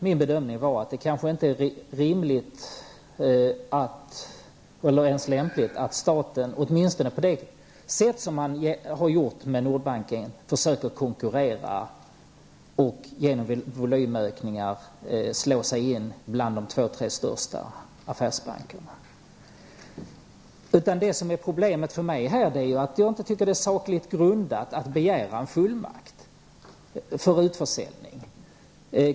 Min bedömning var att det kanske inte är rimligt eller ens lämpligt att staten på det sätt som man har gjort i fråga om Nordbanken försöker konkurrera och genom volymökningar slå sig in bland de två tre största affärsbankerna. Problemet för mig är att jag inte tycker att det är sakligt grundat att begära en fullmakt för utförsäljning.